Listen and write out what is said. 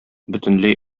бөтенләй